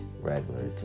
regular